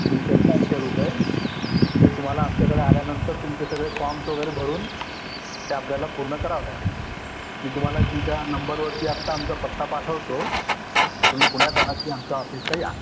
initial पाचशे रुपये ते तुम्हाला आमच्याकडे आल्यानंतर तुमचे सगळे फॉर्म्स वगैरे भरून ते आपल्याला पूर्ण करावं लागेल मी तुम्हाला तुमच्या नंबरवरती आत्ता आमचा पत्ता पाठवतो तुम्ही पुण्यात आलात की आमच्या ऑफिसला या